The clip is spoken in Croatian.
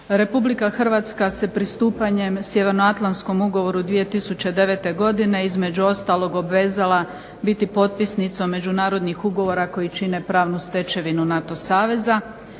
Republika Hrvatska se pristupanjem Sjevernoatlantskom ugovoru 2009. godine između ostalog obvezala biti potpisnicom međunarodnih ugovora koji čine pravnu stečevinu NATO saveza.